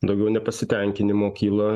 daugiau nepasitenkinimo kyla